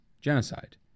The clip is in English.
genocide